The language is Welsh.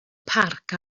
parc